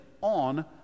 on